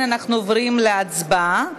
אנחנו עוברים להצבעה.